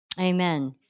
Amen